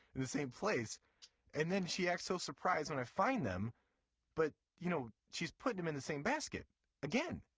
the same place and then she acts so surprised when i find them but, you know, she's putting them in the same basket again.